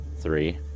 three